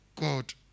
God